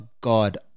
God